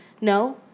no